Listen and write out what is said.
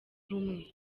rumwe